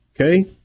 okay